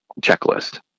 checklist